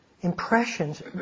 impressions